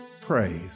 praise